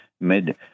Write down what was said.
mid